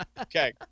okay